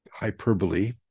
hyperbole